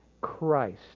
Christ